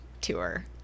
tour